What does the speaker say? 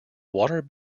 water